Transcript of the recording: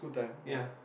ya